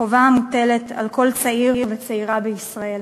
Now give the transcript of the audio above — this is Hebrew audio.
חובה המוטלת על כל צעיר וצעירה בישראל.